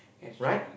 right